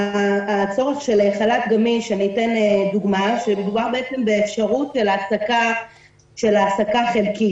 הצורך בחל"ת גמיש מדובר בעצם באפשרות של העסקה חלקית,